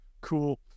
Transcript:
cool